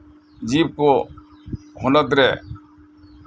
ᱡᱤᱵᱽᱠᱟᱹ ᱦᱚᱱᱚᱛᱨᱮ